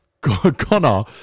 Connor